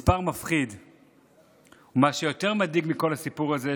מה שיותר מדאיג בכל הסיפור הזה,